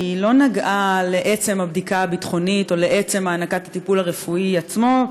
לא נגעה לעצם הבדיקה הביטחונית או לעצם הענקת הטיפול הרפואי עצמו,